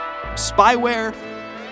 Spyware